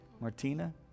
Martina